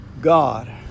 God